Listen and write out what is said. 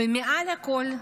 ומעל הכול,